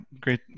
Great